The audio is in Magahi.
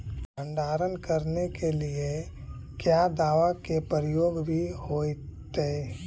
भंडारन करने के लिय क्या दाबा के प्रयोग भी होयतय?